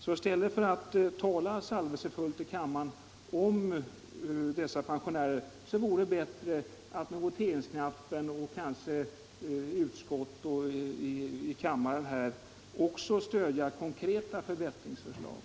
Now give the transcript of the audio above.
: I stället för att tala salvelsefullt i kammaren om dessa pensionärer vore det bättre att i utskottet och här i kammaren vid voteringen stödja konkreta förbättringsförslag.